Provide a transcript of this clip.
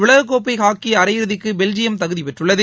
உலகக் கோப்பை ஹாக்கி அரையிறுதிக்கு பெல்ஜியம் தகுதி பெற்றுள்ளது